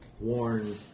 worn